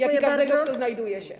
jak i każdego, kto znajduje się.